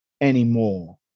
anymore